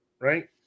right